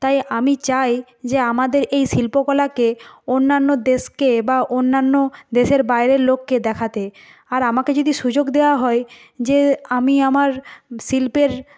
তাই আমি চাই যে আমাদের এই শিল্পকলাকে অন্যান্য দেশকে বা অন্যান্য দেশের বাইরের লোককে দেখাতে আর আমাকে যদি সুযোগ দেওয়া হয় যে আমি আমার শিল্পের